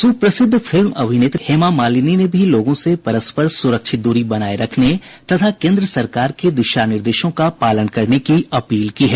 सुप्रसिद्ध फिल्म अभिनेत्री हेमा मालिनी ने भी लोगों से परस्पर सुरक्षित दूरी बनाये रखने तथा केंद्र सरकार के दिशा निर्देशों का पालन करने की अपील की है